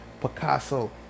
Picasso